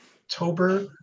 October